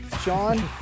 Sean